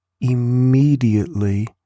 immediately